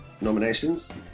nominations